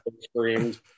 screamed